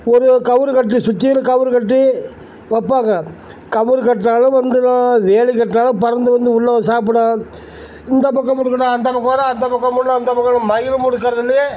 ஒரு கயிறு கட்டி சுற்றிலும் கயிறு கட்டி வைப்பாங்க கயிறு கட்டினாலும் வந்துடும் வேலி கட்டினாலும் பறந்து வந்து உள்ளே சாப்பிடும் இந்த பக்கம் முடுக்கினா அந்த பக்கம் வரும் அந்த பக்கம் மூடினா இந்த பக்கம் வரும் மயிலை முடுக்கறதிலயே